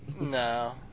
No